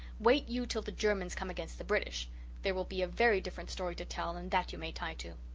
wait you till the germans come against the british there will be a very different story to tell and that you may tie to.